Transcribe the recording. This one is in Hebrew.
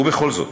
ובכל זאת,